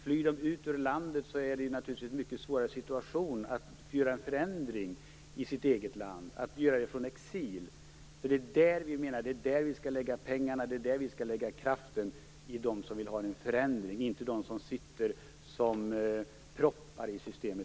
Flyr de landet och befinner sig i exil blir det svårare att skapa en förändring i sitt eget land. Kraften och pengarna skall läggas hos dem som vill ha en förändring, inte hos dem som sitter som proppar i systemet.